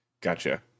Gotcha